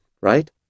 right